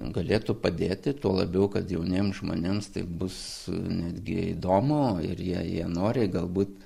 galėtų padėti tuo labiau kad jauniems žmonėms tai bus netgi įdomu ir jei jie nori galbūt